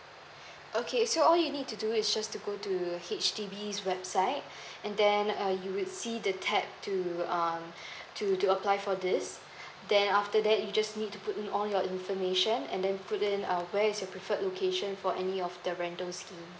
okay so all you need to do is just to go to H_D_B website and then uh you will see the tab to um to to apply for this then after that you just need to put in all your information and then put in um where's your preferred location for any of the rental scheme